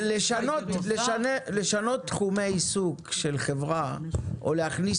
המנכ"לית: לשנות תחומי עיסוק של חברה או להכניס